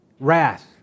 Wrath